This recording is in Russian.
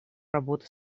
работы